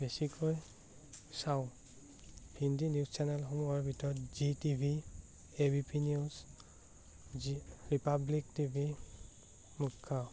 বেছিকৈ চাওঁ হিন্দী নিউজ চেনেলসমূহৰ ভিতৰত Zee TV A B P news Zee Republic TV মুখ্য